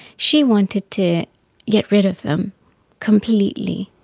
she wanted to get rid of them completely,